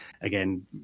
again